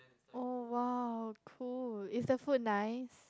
oh !wow! cool is the food nice